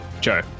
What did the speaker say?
Joe